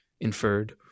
inferred